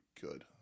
good